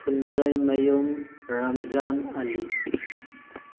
ꯐꯟꯗ꯭ꯔꯩꯃꯌꯨꯝ Ramzan ꯑꯂꯤ